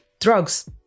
drugs